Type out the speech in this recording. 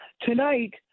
tonight